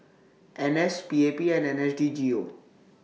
N S P A P and N S D G O